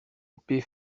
épée